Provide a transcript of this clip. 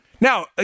Now